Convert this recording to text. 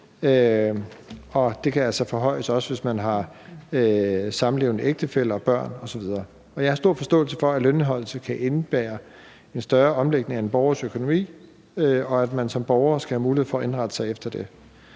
også forhøjes, hvis man har samlevende ægtefælle, børn osv. Jeg har stor forståelse for, at lønindeholdelse kan indebære en større omlægning af en borgers økonomi, og at man som borger skal have mulighed for at indrette sig efter det.